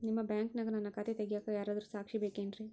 ನಿಮ್ಮ ಬ್ಯಾಂಕಿನ್ಯಾಗ ನನ್ನ ಖಾತೆ ತೆಗೆಯಾಕ್ ಯಾರಾದ್ರೂ ಸಾಕ್ಷಿ ಬೇಕೇನ್ರಿ?